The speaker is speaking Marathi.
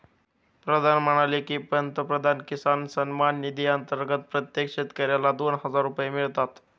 प्रधान म्हणाले की, पंतप्रधान किसान सन्मान निधी अंतर्गत प्रत्येक शेतकऱ्याला दोन हजार रुपये मिळतात